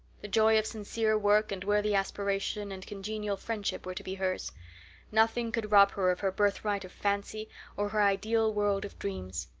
the joy of sincere work and worthy aspiration and congenial friendship were to be hers nothing could rob her of her birthright of fancy or her ideal world of dreams.